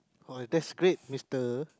oh that's great Mister